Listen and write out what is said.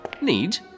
Need